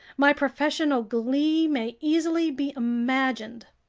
my professorial glee may easily be imagined.